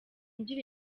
ngira